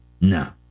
No